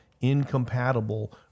incompatible